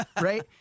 Right